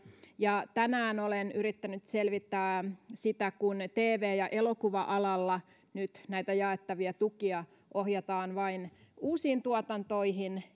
tänään olen yrittänyt selvittää sitä kun tv ja elokuva alalla nyt näitä jaettavia tukia ohjataan vain uusiin tuotantoihin